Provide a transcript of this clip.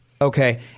Okay